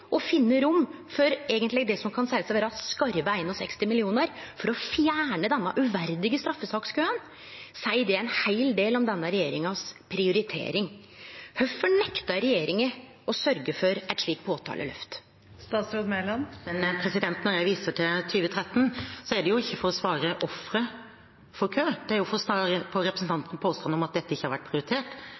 å finne rom for det som kan seiast å vere skarve 61 mill. kr for å fjerne denne uverdige straffesakskøen, seier det ein heil del om denne regjeringas prioritering. Kvifor nektar regjeringa å sørgje for eit slikt påtalelyft? Når jeg viser til 2013, så er det jo ikke for å svare på ofre for kø, men det er for å svare på representantens påstand om at dette ikke har vært prioritert.